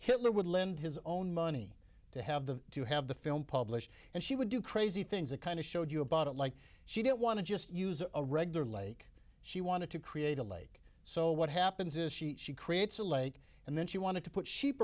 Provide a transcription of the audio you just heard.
hitler would lend his own money to have the two have the film published and she would do crazy things that kind of showed you about it like she didn't want to just use a regular lake she wanted to create a lake so what happens is she she creates a lake and then she wanted to put sheep